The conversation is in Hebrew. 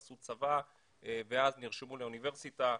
עשו צבא ואז נרשמו לאוניברסיטה.